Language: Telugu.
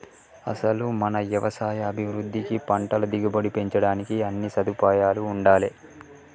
అసలు మన యవసాయ అభివృద్ధికి పంటల దిగుబడి పెంచడానికి అన్నీ సదుపాయాలూ ఉండాలే